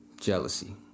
Jealousy